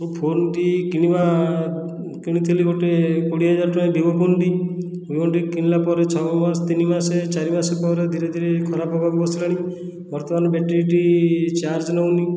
ମୁଁ ଫୋନଟି କିଣିବା କିଣିଥିଲି ଗୋଟିଏ କୋଡ଼ିଏ ହଜାର ଭିବୋ ଫୋନଟି ଫୋନଟି କିଣିଲା ପରେ ଛଅ ମାସ ତିନି ମାସ ଚାରି ମାସ ପରେ ଧୀରେ ଧୀରେ ଖରାପ ହେବାକୁ ବସିଲାଣି ବର୍ତ୍ତମାନ ବ୍ୟାଟେରୀଟି ଚାର୍ଜ ନେଉନି